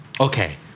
Okay